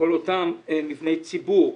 כל אותם מבני ציבור,